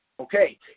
Okay